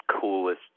coolest